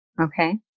okay